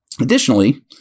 Additionally